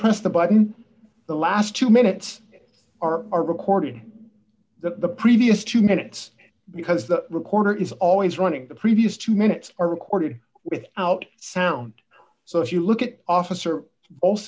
press the button the last two minutes are are recording the previous two minutes because the recorder is always running the previous two minutes are recorded without sound so if you look at officer